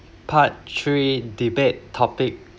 part three debate topic